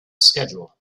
schedule